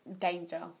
Danger